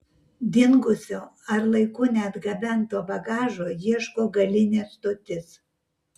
dingusio ar laiku neatgabento bagažo ieško galinė stotis